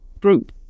group